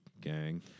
gang